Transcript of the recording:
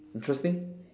interesting